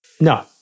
No